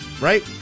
right